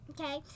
Okay